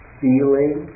feeling